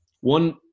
One